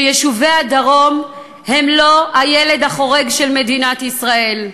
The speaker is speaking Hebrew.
יישובי הדרום הם לא הילד החורג של מדינת ישראל.